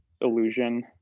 illusion